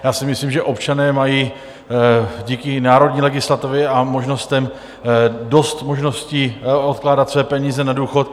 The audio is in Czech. Já si myslím, že občané mají díky národní legislativě a možnostem dost možností odkládat své peníze na důchod.